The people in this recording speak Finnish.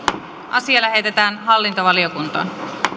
asia lähetetään hallintovaliokuntaan